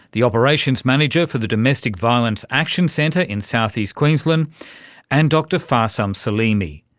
the operations manager for the domestic violence action centre in south-east queensland and dr farsam salimi.